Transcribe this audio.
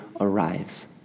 arrives